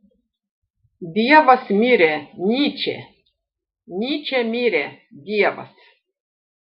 dievas mirė nyčė nyčė mirė dievas